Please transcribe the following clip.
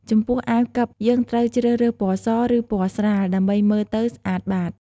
ចំពោះអាវកិបយើងត្រូវជ្រើសរើសពណ៌ស ឬពណ៌ស្រាល ដើម្បីមើលទៅស្អាតបាត។